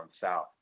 south